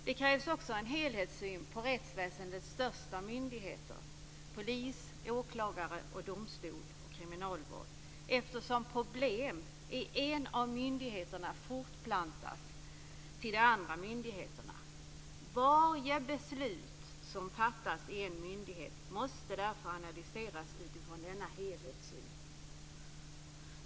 Det krävs också en helhetssyn på rättsväsendets största myndigheter: polis, åklagare, domstol och kriminalvård, eftersom problem i en av myndigheterna fortplantas till de andra myndigheterna. Varje beslut som fattas i en myndighet måste därför analyseras utifrån denna helhetssyn.